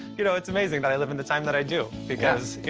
you know, it's amazing that i live in the time that i do, because, you